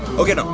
okay now.